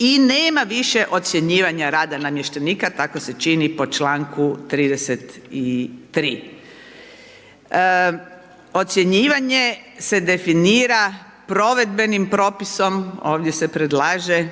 I nema više ocjenjivanja rada namještenika, tako se čini po čl. 33. Ocjenjivanje se definira provedbenim propisom, ovdje se predlaže,